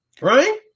right